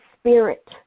spirit